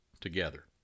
together